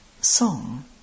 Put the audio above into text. Song